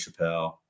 Chappelle